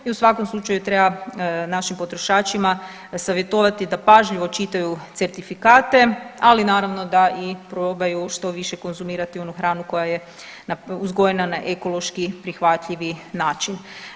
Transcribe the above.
I u svakom slučaju treba našim potrošačima savjetovati da pažljivo čitaju certifikate, ali naravno da i probaju što više konzumirati onu hranu koja je uzgojena na ekološki prihvatljivi način.